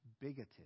bigoted